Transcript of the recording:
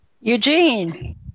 Eugene